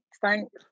thanks